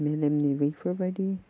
मेलेमनि बेफोरबादि